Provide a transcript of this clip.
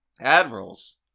Admirals